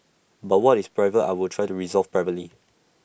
but what is private I will try to resolve privately